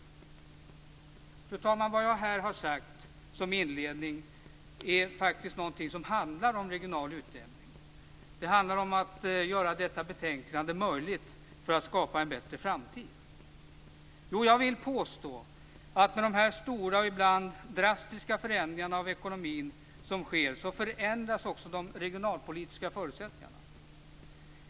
Fru talman! Det som jag här har sagt som inledning handlar om regional utjämning. Det handlar om att göra det möjligt att skapa en bättre framtid. Jag vill påstå att med de stora och ibland drastiska förändringar av ekonomin som sker förändras också de regionalpolitiska förutsättningarna.